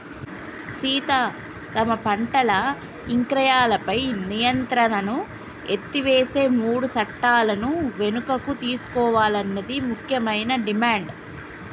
సీత తమ పంటల ఇక్రయాలపై నియంత్రణను ఎత్తివేసే మూడు సట్టాలను వెనుకకు తీసుకోవాలన్నది ముఖ్యమైన డిమాండ్